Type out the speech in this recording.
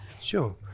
Sure